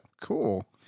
cool